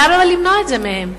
למה לנו למנוע את זה מהם?